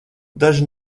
daži